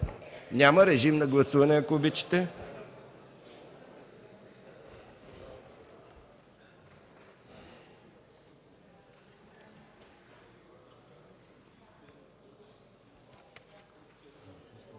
Няма. Режим на гласуване, ако обичате.